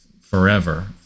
forever